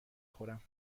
خورم